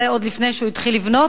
זה עוד לפני שהוא התחיל לבנות,